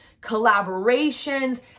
collaborations